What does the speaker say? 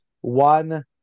one